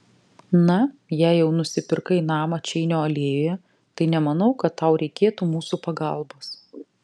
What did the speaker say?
na jei jau nusipirkai namą čeinio alėjoje tai nemanau kad tau reikėtų mūsų pagalbos